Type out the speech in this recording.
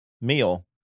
meal